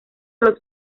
los